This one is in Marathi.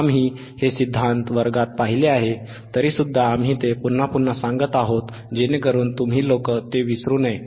आम्ही हे सिद्धांत वर्गात पाहिले आहे तरी सुद्धा आम्ही ते पुन्हा पुन्हा सांगत आहोत जेणेकरून तुम्ही लोक ते विसरू नये